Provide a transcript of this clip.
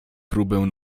próbę